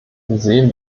sehen